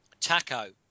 Taco